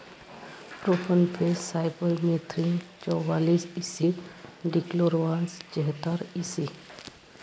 profenofos cypermethrin चौवालीस E C dichlorvos चेहतार EC